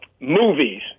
movies